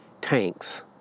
tanks